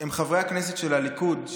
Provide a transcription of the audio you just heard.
הם חברי הכנסת של הליכוד,